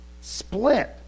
split